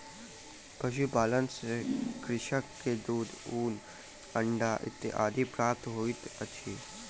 पशुपालन सॅ कृषक के दूध, ऊन, अंडा इत्यादि प्राप्त होइत अछि